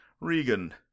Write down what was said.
Regan